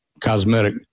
cosmetic